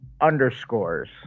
underscores